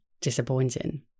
disappointing